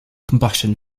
combustion